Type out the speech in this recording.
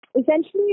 essentially